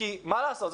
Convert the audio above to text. כי מה לעשות,